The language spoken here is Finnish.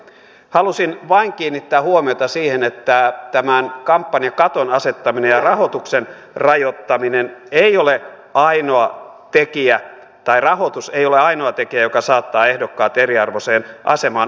halusin vain kiinnittää huomiota siihen että tämän kampanjakaton asettaminenrahoituksen rajoittaminen ei ole ainoat asettaminen ja rahoitus ei ole ainoa tekijä joka saattaa ehdokkaat eriarvoiseen asemaan